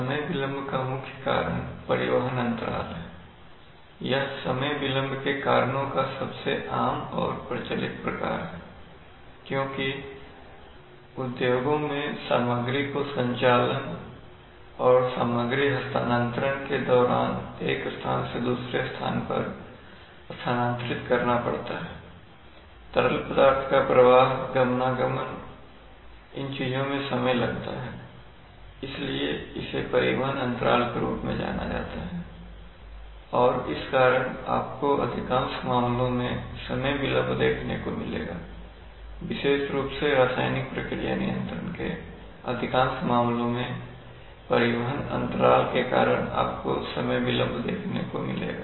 समय विलंब का मुख्य कारण परिवहन अंतराल है यह समय विलंब के कारणों का सबसे आम और प्रचलित प्रकार है क्योंकि उद्योग में सामग्री को संचालन और सामग्री हस्तांतरण के दौरान एक स्थान से दूसरे स्थान पर स्थानांतरित करना पड़ता है तरल पदार्थ का प्रवाहगमनागमन इन चीजों में समय लगता है इसलिए इसे परिवहन अंतराल के रूप में जाना जाता है और इस कारण आपको अधिकांश मामलों में समय विलंब देखने को मिलेगा विशेष रुप से रासायनिक प्रक्रिया नियंत्रण के अधिकांश मामलों में परिवहन अंतराल के कारण आपको समय विलंब देखने को मिलेगा